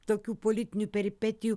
tokių politinių peripetijų